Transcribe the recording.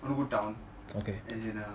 robo town okay as in ah